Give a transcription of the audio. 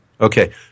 Okay